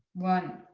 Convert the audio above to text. one,